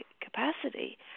capacity